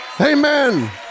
Amen